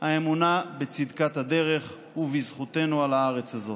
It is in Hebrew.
האמונה בצדקת הדרך ובזכותנו על הארץ הזאת,